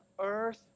earth